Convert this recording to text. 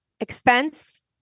expense